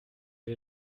est